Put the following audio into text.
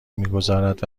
میگذارد